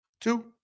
Two